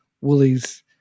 Woolies